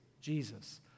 Jesus